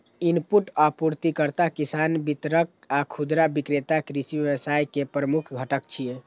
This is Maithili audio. इनपुट आपूर्तिकर्ता, किसान, वितरक आ खुदरा विक्रेता कृषि व्यवसाय के प्रमुख घटक छियै